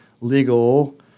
legal